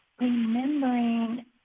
remembering